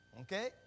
Okay